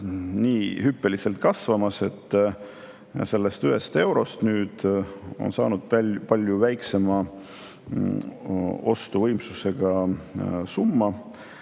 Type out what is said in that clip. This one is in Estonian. nii hüppeliselt kasvanud, et sellest 1 eurost nüüd on saanud palju väiksema ostujõuga summa.